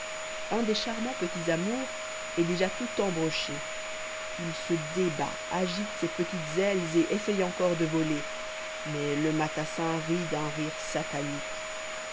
un des charmants petits amours est déjà tout embroché il se débat agite ses petites ailes et essaye encore de voler mais le matassin rit d'un rire satanique